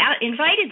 invited